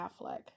Affleck